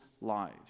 lives